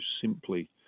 simply